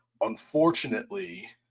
Unfortunately